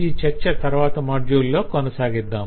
ఈ చర్చ తరవాత మాడ్యుల్ లో కొనసాగిద్దాం